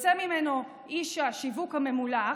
יוצא ממנו איש השיווק הממולח,